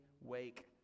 wake